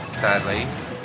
sadly